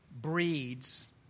breeds